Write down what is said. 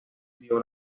vio